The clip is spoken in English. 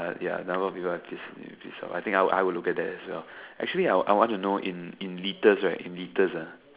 uh ya ya I think I would would look at that at well actually I I want to know in in litres right in litres ah